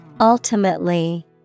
Ultimately